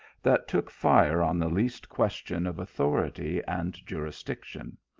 that took fire on the least question of authority and jurisdiction,